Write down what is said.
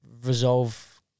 resolve